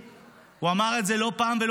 אותו?